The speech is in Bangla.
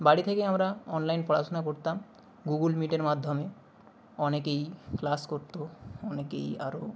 বাড়ি থেকেই আমরা অনলাইন পড়াশুনা করতাম গুগুল মিটের মাধ্যমে অনেকেই ক্লাস করতো অনেকেই আরও